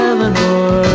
Eleanor